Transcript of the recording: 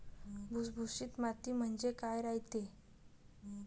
भुसभुशीत माती म्हणजे काय रायते?